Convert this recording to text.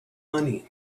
money